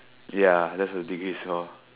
ya that's the degree is for